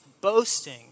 boasting